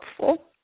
helpful